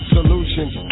Solutions